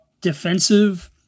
defensive